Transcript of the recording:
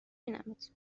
بینمت